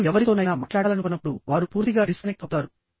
మీరు ఎవరితోనైనా మాట్లాడాలనుకోనప్పుడువారు పూర్తిగా డిస్కనెక్ట్ అవుతారు